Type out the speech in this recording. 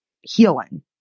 healing